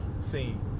seen